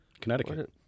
Connecticut